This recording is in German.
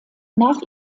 nach